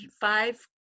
five